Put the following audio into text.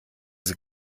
sie